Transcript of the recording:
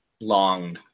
long